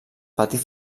petit